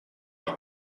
leur